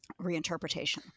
reinterpretation